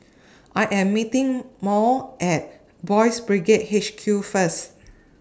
I Am meeting Murl At Boys' Brigade H Q First